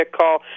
call